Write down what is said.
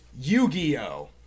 Yu-Gi-Oh